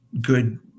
good